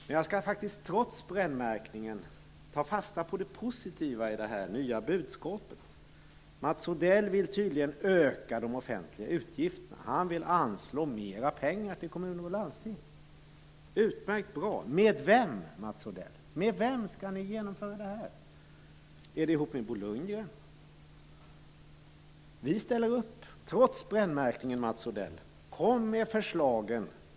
Men jag skall faktiskt trots brännmärkningen ta fasta på det positiva i det nya budskapet. Mats Odell vill tydligen öka de offentliga utgifterna. Han vill anslå mer pengar till kommuner och landsting. Det är bra. Med vem skall ni genomföra detta, Mats Odell? Är det tillsammans med Bo Lundgren? Vi ställer upp, trots brännmärkningen, Mats Odell. Kom med förslagen.